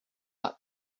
not